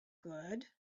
good